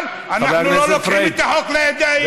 אבל אנחנו לא לוקחים את החוק לידיים.